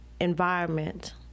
environment